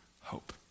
hope